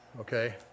okay